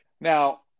Now